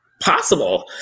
possible